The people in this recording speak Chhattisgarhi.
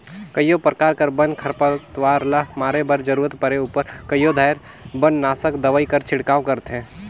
कइयो परकार कर बन, खरपतवार ल मारे बर जरूरत परे उपर कइयो धाएर बननासक दवई कर छिड़काव करथे